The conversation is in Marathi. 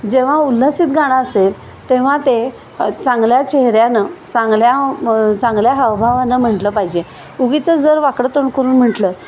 जेव्हा उल्हसित गाणं असेल तेव्हा ते चांगल्या चेहऱ्यानं चांगल्या चांगल्या हावभावानं म्हटलं पाहिजे उगीचंच जर वाकड तोंड करून म्हटलं